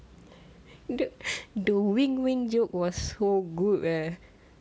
the the wing wing joke was so good eh